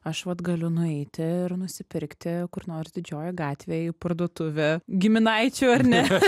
aš vat galiu nueiti ir nusipirkti kur nors didžiojoj gatvėj parduotuvė giminaičių ar ne